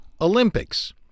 olympics